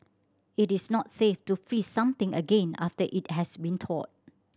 it is not safe to freeze something again after it has been thawed